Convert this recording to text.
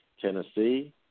Tennessee